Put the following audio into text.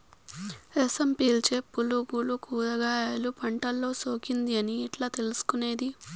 రసం పీల్చే పులుగులు కూరగాయలు పంటలో సోకింది అని ఎట్లా తెలుసుకునేది?